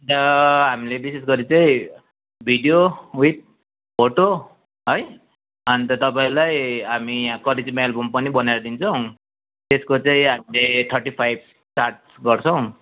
अन्त हामीले विशेषगरी चाहिँ भिडियो वित फोटो है अन्त तपाईँलाई हामी अब कति चाहिँ एल्बम पनि बनाएर दिन्छौँ त्यसको चाहिँ हामीले थर्टी फाइभ चार्ज गर्छौँ